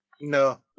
no